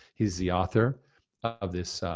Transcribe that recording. he's the author of this,